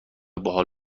باحال